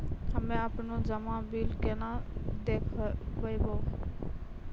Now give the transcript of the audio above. हम्मे आपनौ जमा बिल केना देखबैओ?